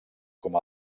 com